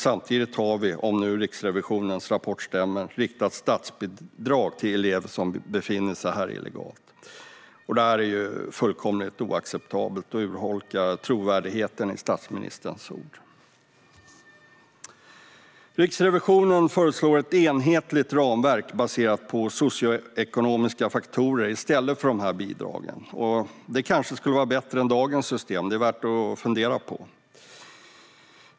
Samtidigt har vi, om nu Riksrevisionens rapport stämmer, ett riktat statsbidrag till elever som befinner sig här illegalt. Det här är ju fullkomligt oacceptabelt och urholkar trovärdigheten i statsministerns ord. Riksrevisionen föreslår ett enhetligt ramverk baserat på socioekonomiska faktorer i stället för de här bidragen. Det kanske skulle vara bättre än dagens system. Det är värt att fundera på.